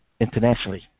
internationally